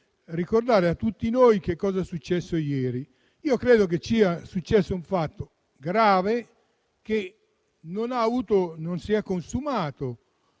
ricordare a tutti noi che cosa è successo ieri. Credo che sia successo un fatto grave, che non si è consumato,